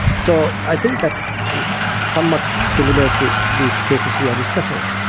so i think that is somewhat similar to these cases we are discussing.